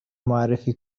معرفی